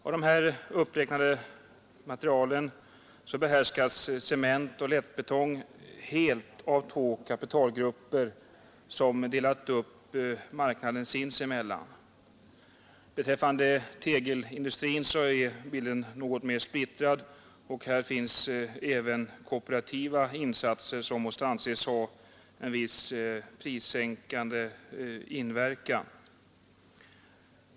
Av de uppräknade materialen behärskas cement och 49 lättbetong helt av två kapitalgrupper, som har delat upp marknaden sinsemellan. Beträffande tegelindustrin är bilden något mer splittrad, och där görs även kooperativa insatser som måste anses ha en viss prissänkande inverkan.